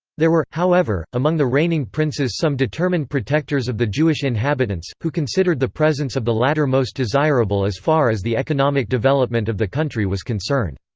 there were, however, among the reigning princes some determined protectors of the jewish inhabitants, who considered the presence of the latter most desirable as far as the economic development of the country was concerned.